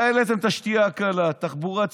העליתם את השתייה הקלה, את התחבורה הציבורית,